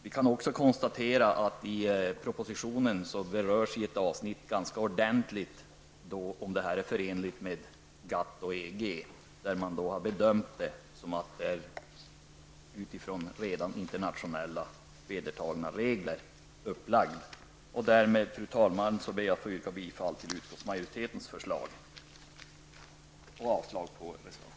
Vi kan också konstatera att i ett avsnitt i propositionen behandlas ganska ordentligt frågan om detta är förenligt med GATT och EG. Där har man bedömt detta utifrån redan vedertagna internationella regler. Därmed, fru talman, ber jag att få yrka bifall till utskottets förslag och avslag på reservationen.